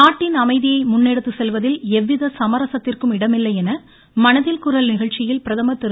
நாட்டின் அமைதியை முன் எடுத்துச் செல்வதில் எவ்வித சமரசத்திற்கும் இடமில்லையென மனதின் குரல் நிகழ்ச்சியில் பிரதமர் திரு